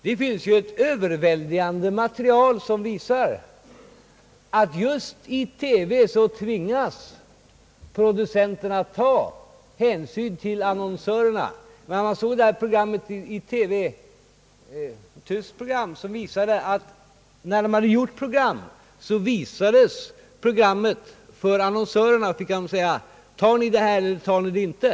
Det finns ju ett överväldigande material som visar att just en TV-producent tvingas att ta hänsyn till annonsörerna. I en utsändning från tysk TV fick vi se hur man i förväg visade programmet för annonsörerna och frågade: Tar ni det här programmet eller tar ni det inte?